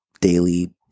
daily